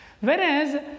Whereas